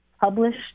published